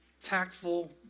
tactful